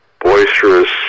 boisterous